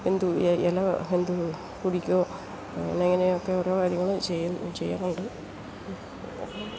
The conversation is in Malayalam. എന്തു ഇല എന്തു കുടിക്കോ അങ്ങനെ അങ്ങനെയൊക്കെ ഓരോ കാര്യങ്ങളും ചെയ്യാറുണ്ട്